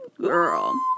girl